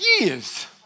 years